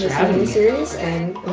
series, and